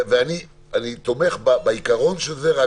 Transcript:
אני תומך בעיקרון, אני רק